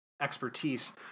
expertise